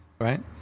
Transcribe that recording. right